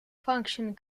function